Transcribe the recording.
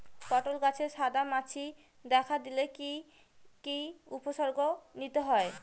পটল গাছে সাদা মাছি দেখা দিলে কি কি উপসর্গ নিতে হয়?